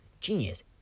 genius